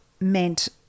meant